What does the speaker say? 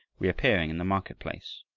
reappearing in the market-place.